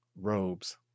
robes